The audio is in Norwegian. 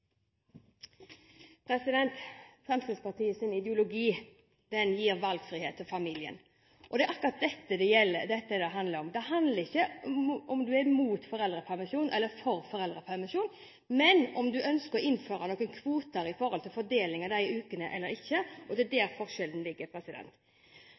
og Fremskrittspartiet burde stemme for gang etter gang, for det er dette som sikrer frihet for enkeltindividet til selv å velge sitt eget liv, sin egen ordning og sin egen hverdag. Fremskrittspartiets ideologi gir valgfrihet til familien, og det er akkurat dette det handler om. Det handler ikke om man er mot foreldrepermisjon eller for foreldrepermisjon, men om man ønsker å innføre